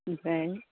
ओमफ्राय